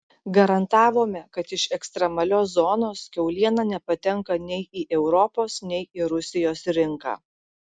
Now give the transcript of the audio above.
garantavome kad iš ekstremalios zonos kiauliena nepatenka nei į europos nei į rusijos rinką